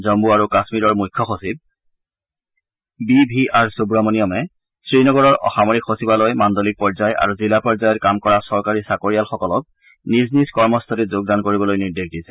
জম্ম আৰু কাশ্মীৰৰ মুখ্য সচিব বি ভি আৰ সুৱমনিয়নে শ্ৰীনগৰৰ অসামৰিক সচিবালয় মাণ্ডলিক পৰ্যায় আৰু জিলা পৰ্যায়ত কাম কৰা চৰকাৰী চাকৰিয়ালসকলক নিজ নিজ কৰ্মস্থলীত যোগদান কৰিবলৈ নিৰ্দেশ দিছে